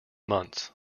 months